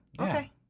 okay